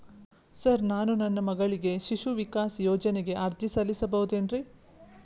Sir ನಾನು ನನ್ನ ಮಗಳಿಗೆ ಶಿಶು ವಿಕಾಸ್ ಯೋಜನೆಗೆ ಅರ್ಜಿ ಸಲ್ಲಿಸಬಹುದೇನ್ರಿ?